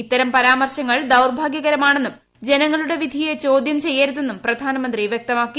ഇത്തരം പരാമർശങ്ങൾ ദൌർഭാഗൃകരമാണെന്നും ജനങ്ങളുടെ വിധിയെ ചോദ്യം ചെയ്യരുതെന്നും പ്രധാനമന്ത്രി വൃക്തമാക്കി